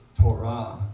Torah